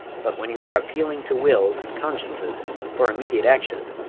but when you are appealing to wills and consciences for immediate action,